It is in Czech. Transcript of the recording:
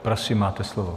Prosím, máte slovo.